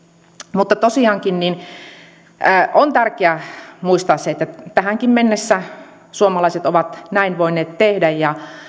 mutta tosiaankin on tärkeää muistaa se että tähänkin mennessä suomalaiset ovat näin voineet tehdä ja